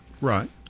Right